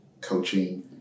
coaching